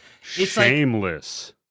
Shameless